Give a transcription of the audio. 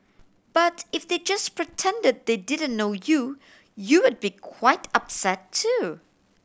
but if they just pretended they didn't know you you'd be quite upset too